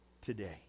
today